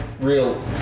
real